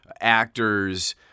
actors